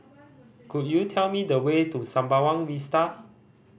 could you tell me the way to Sembawang Vista